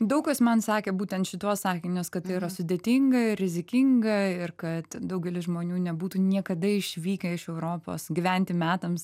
daug kas man sakė būtent šituos sakinius kad tai yra sudėtinga ir rizikinga ir kad daugelis žmonių nebūtų niekada išvykę iš europos gyventi metams